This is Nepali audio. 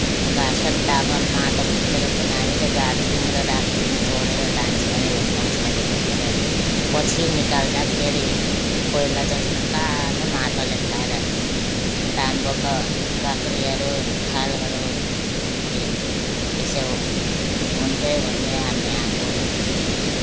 काँस तामा माटोभित्र पनि हामीले गाडथ्यौँ र राख्थ्यौँ चोरेर लान्छ अरे उठाउँछ अरे भनेर पछि निकाल्दाखेरि कोइला जस्तो कालो माटोले खाएर तामाका गाग्रीहरू थालहरू हुन्थे त्यसो हुँदै हुँदै हामी आएको